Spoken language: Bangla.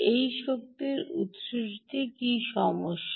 এই শক্তির উত্সটিতে কী সমস্যা